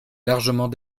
largement